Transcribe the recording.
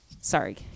Sorry